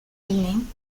name